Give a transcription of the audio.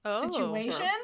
situation